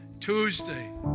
Tuesday